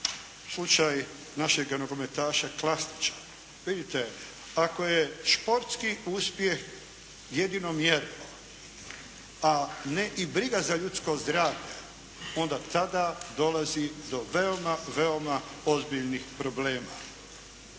slučaj našega nogometaša Klasnića. Vidite ako je športski uspjeh jedino mjerilo, a ne i briga za ljudsko zdravlje onda dolazi do veoma, veoma ozbiljnih problema.